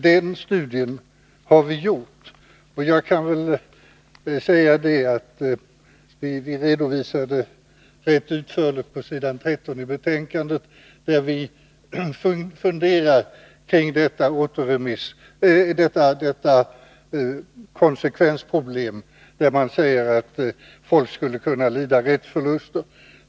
Den studien har vi gjort. Vi redovisar den rätt utförligt på s. 13 i betänkandet. Vi funderar där över det konsekvensproblem som uppkommer om det är riktigt, som man säger, att folk skulle kunna lida rättsförluster.